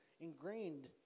ingrained